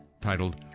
titled